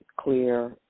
clear